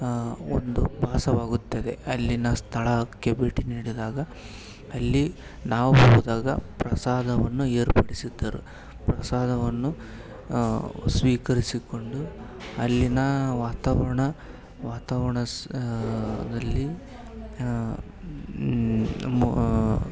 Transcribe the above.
ಒಂದು ಭಾಸವಾಗುತ್ತದೆ ಅಲ್ಲಿನ ಸ್ಥಳಕ್ಕೆ ಬೇಟಿ ನೀಡಿದಾಗ ಅಲ್ಲಿ ನಾವು ಹೋದಾಗ ಪ್ರಸಾದವನ್ನು ಏರ್ಪಡಿಸಿದ್ದರು ಪ್ರಸಾದವನ್ನು ಸ್ವೀಕರಿಸಿಕೊಂಡು ಅಲ್ಲಿನ ವಾತಾವರಣ ವಾತಾವರಣ ಸ್ ದಲ್ಲಿ ಮು